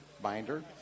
Binder